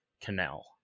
canal